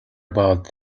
about